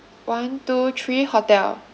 one two three hotel